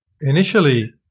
Initially